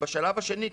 ובשלב השני,